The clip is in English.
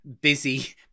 busy